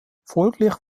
folglich